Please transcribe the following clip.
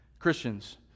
Christians